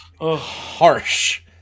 harsh